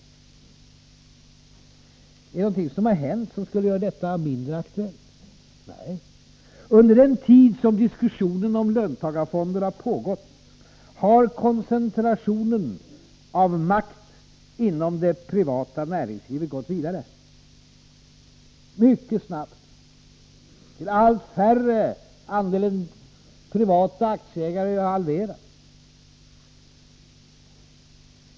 Är det någonting som har hänt som skulle göra detta mindre aktuellt? Nej. Under den tid som diskussionen om löntagarfonder pågått har koncentrationen av makt inom det privata näringslivet mycket snabbt gått vidare till allt färre. Andelen privata aktieägare har ju halverats.